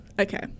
Okay